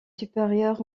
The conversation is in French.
supérieur